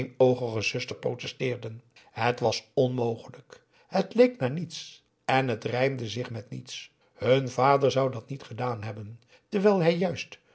eenoogige zuster protesteerden het was onmogelijk het leek naar niets en het rijmde zich met niets hun vader zou dat niet gedaan hebben terwijl hij juist